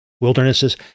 wildernesses